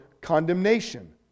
condemnation